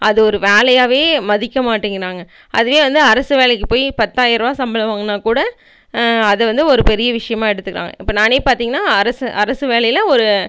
அது ஒரு வேலையாகவே மதிக்க மாட்டேங்கிறாங்க அதே வந்து அரசு வேலைக்கு போய் பத்தாயரூவா சம்பளம் வாங்கினா கூட அதை வந்து ஒரு பெரிய விஷயமா எடுத்துக்குறாங்க இப்போ நானே பார்த்திங்கனா அரசு அரசு வேலையில ஒரு